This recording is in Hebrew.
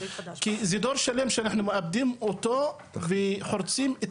כי זה דור שלם שאנחנו מאבדים אותו וחורצים את